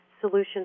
solutions